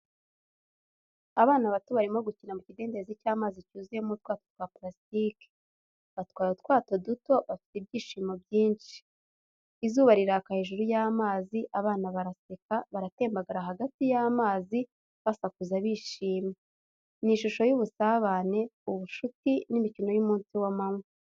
Abana bato barimo gukina mu kidendezi cy'amazi cyuzuyemo utwato twa purasitike, batwaye utwato duto bafite ibyishimo byinshi. Izuba riraka hejuru y’amazi, abana baraseka, baratembagara hagati y’amazi, basakuza bishimye. Ni ishusho y’ubusabane, ubushuti, n’imikino y’umunsi w’amanywa.